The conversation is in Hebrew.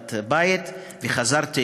שיעורי בית וחזרתי